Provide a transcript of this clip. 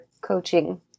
coaching